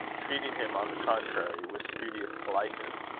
treating him, on the contrary, with studious politeness.